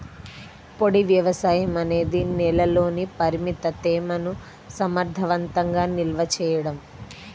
పొడి వ్యవసాయం అనేది నేలలోని పరిమిత తేమను సమర్థవంతంగా నిల్వ చేయడం